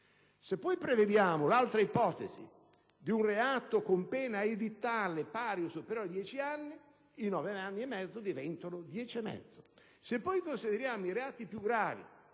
se prendiamo l'ipotesi di un reato con pena edittale pari o superiore a dieci anni, i nove anni e mezzo diventano dieci anni e mezzo; se prendiamo i reati più gravi,